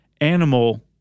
animal